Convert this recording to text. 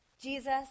Jesus